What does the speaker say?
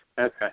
Okay